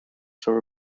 for